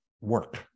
work